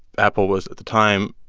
apple was at the time,